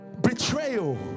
betrayal